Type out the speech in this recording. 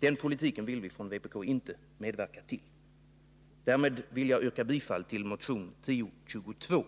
Den politiken vill vi från vpk inte medverka till. Därmed yrkar jag bifall till motion 1102.